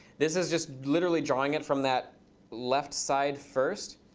this is just literally drawing it from that left side first.